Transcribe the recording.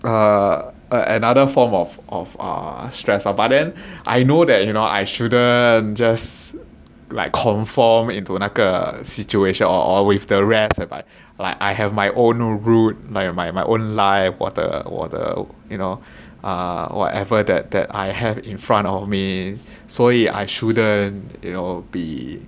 uh uh another form of of a stress lah but then I know that you know I shouldn't just like conform into 那个 situation or or with the rest whereby like I have my own new route I have my my own life or the you know uh whatever that that I have in front of me 所以 I shouldn't how to say should care so much lah